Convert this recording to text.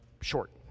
short